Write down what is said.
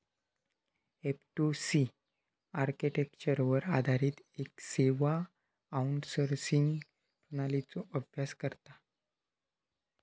F two C आर्किटेक्चरवर आधारित येक सेवा आउटसोर्सिंग प्रणालीचो अभ्यास करता